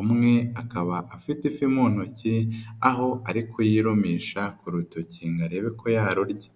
Umwe akaba afite ifi mu ntoki, aho arikuyirumisha ku rutoki ngo arebe ko yarurya.